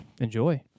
enjoy